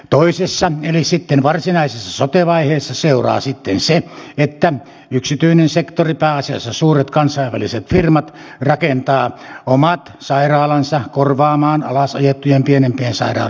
toisessa eli sitten varsinaisessa sote vaiheessa seuraa sitten se että yksityinen sektori pääasiassa suuret kansainväliset firmat rakentaa omat sairaalansa korvaamaan alas ajettujen pienempien sairaaloiden toimintoja